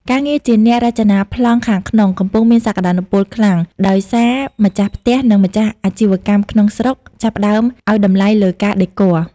ការងារជាអ្នករចនាប្លង់ខាងក្នុង កំពុងមានសក្ដានុពលខ្លាំង ដោយសារម្ចាស់ផ្ទះ និងម្ចាស់អាជីវកម្មក្នុងស្រុក ចាប់ផ្ដើមឱ្យតម្លៃលើការដេគ័រ។